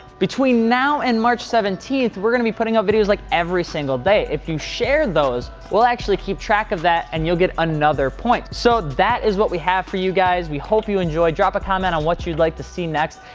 between now and march seventeenth, we're gonna be putting up videos like every single day. if you share those, we'll actually keep track of that, and you'll get another point. so that is what we have for you guys. we hope you enjoy. drop a comment on what you'd like to see next.